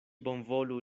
bonvolu